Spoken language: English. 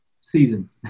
season